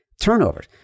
turnovers